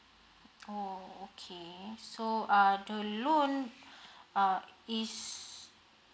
oh okay so uh the loan uh is